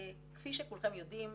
כפי שכולכם יודעים,